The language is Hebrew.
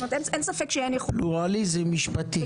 זאת אומרת, אין ספק --- פלורליזם משפטי.